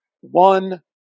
one